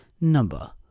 number